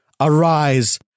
Arise